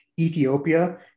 Ethiopia